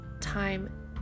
time